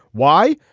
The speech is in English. why.